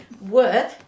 Word